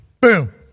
Boom